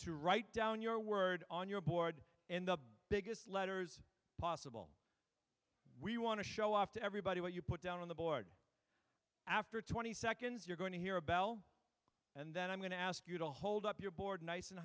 to write down your word on your board in the biggest letters possible we want to show off to everybody what you put down on the board after twenty seconds you're going to hear about and then i'm going to ask you to hold up your board nice and